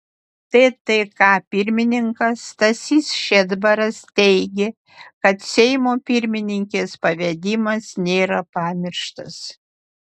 ttk pirmininkas stasys šedbaras teigė kad seimo pirmininkės pavedimas nėra pamirštas